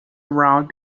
around